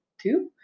Two